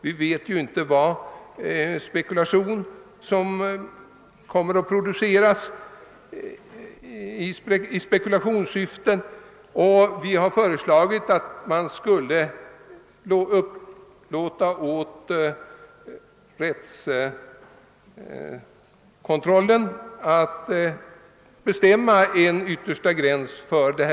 Vi vet ju inte vad som kan komma att produceras i spekulationssyfte. Kommittén hade föreslagit att man skulle uppdra åt rättskontrollen att bestämma en yttersta gräns för utvecklingen